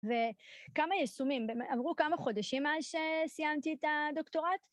וכמה יישומים, עברו כמה חודשים מאז שסיימתי את הדוקטורט